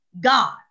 God